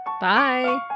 Bye